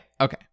okay